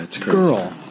girl